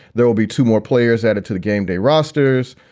there will be two more players added to the game day rosters.